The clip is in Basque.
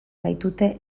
baitute